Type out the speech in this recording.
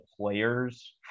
players